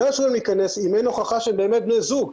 לא יאשרו להם להיכנס אם אין הוכחה שהם באמת בני זוג.